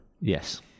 Yes